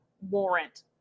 warrant